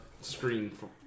screen